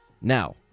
now